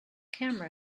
camera